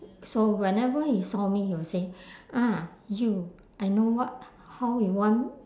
so whenever he saw me he will say ah you I know what how you want